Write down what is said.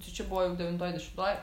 tai čia buvo jau devintoj dešimtoj